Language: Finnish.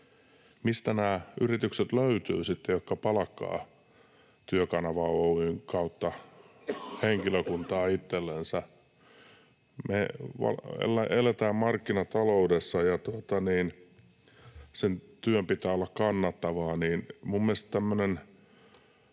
sitten nämä yritykset, jotka palkkaavat Työkanava Oy:n kautta henkilökuntaa itsellensä? Kun me eletään markkinataloudessa ja sen työn pitää olla kannattavaa,